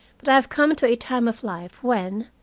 but i have come to a time of life when,